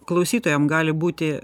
klausytojam gali būti